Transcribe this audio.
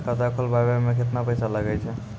खाता खोलबाबय मे केतना पैसा लगे छै?